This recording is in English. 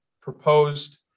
proposed